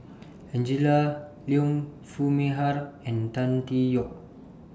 Angela Liong Foo Mee Har and Tan Tee Yoke